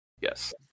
Yes